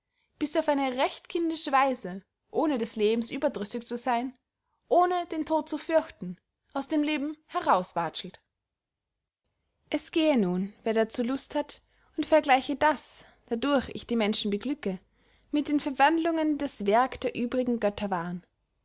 bis er auf eine recht kindische weise ohne des lebens überdrüssig zu seyn ohne den tod zu fürchten aus dem leben heraus watschelt es gehe nun wer dazu lust hat und vergleiche das dadurch ich die menschen beglücke mit den verwandlungen die das werk der übrigen götter waren